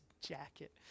jacket